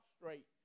straight